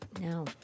No